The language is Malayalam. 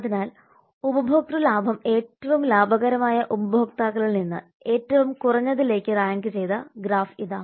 അതിനാൽ ഉപഭോക്തൃ ലാഭം ഏറ്റവും ലാഭകരമായ ഉപഭോക്താക്കളിൽ നിന്ന് ഏറ്റവും കുറഞ്ഞതിലേക്ക് റാങ്കുചെയ്ത ഗ്രാഫ് ഇതാ